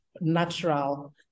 natural